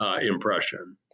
impression